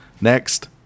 Next